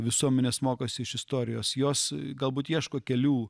visuomenės mokosi iš istorijos jos galbūt ieško kelių